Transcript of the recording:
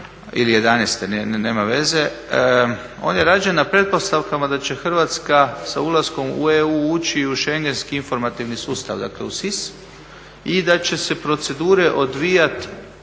ili '11. nema veze, on je rađen na pretpostavkama da će Hrvatska sa ulaskom u EU ući u shengenski informativni sustav, dakle u SIS i da će se procedure odvijati